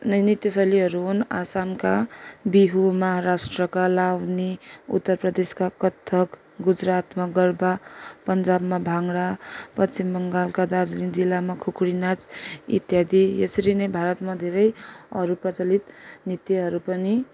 नृत्य शैलीहरू हुन आसमका बिहुमा महाराष्ट्रका लावणी उत्तर प्रदेशका कथक गुजरातमा गर्बा पन्जाबमा भाङगडा पश्चिम बङ्गालका दार्जिलिङ जिल्लमा खुकुरी नाच इत्यादि यसरी नै भारतमा धेरै अरू प्रचलित नृत्यहरू पनि